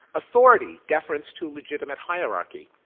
authority, deference to legitimate hierarchy.